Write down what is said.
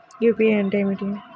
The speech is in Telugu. యూ.పీ.ఐ అంటే ఏమిటి?